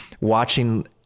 watching